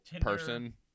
person